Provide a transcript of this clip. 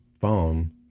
phone